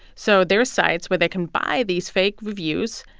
so there are sites where they can buy these fake reviews,